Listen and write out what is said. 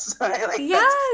yes